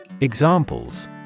Examples